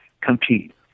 compete